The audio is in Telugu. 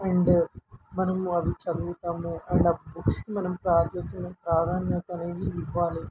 అండ్ మనము అవి చదువుతాము అండ్ ఆ బుక్స్కి మనం ప్రాధాన్యం ప్రాధాన్యత అనేది ఇవ్వాలి